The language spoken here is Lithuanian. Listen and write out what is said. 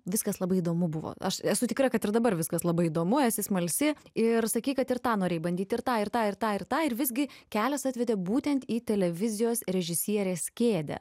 viskas labai įdomu buvo aš esu tikra kad ir dabar viskas labai įdomu esi smalsi ir sakei kad ir tą norėjai bandyti ir tą ir tą ir tą ir tą ir visgi kelias atvedė būtent į televizijos režisierės kėdę